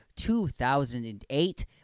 2008